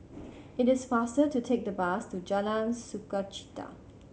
it is faster to take the bus to Jalan Sukachita